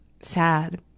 sad